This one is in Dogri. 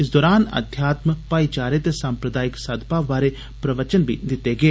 इस दौरान अध्यात्म भाईचारे ते साम्प्रदायिक सदभाव बारै प्रवचन बी दिते गे